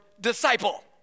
disciple